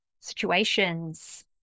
situations